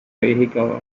vehicles